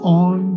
on